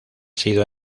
sido